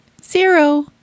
Zero